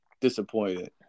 Disappointed